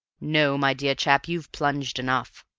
no, my dear chap, you've plunged enough.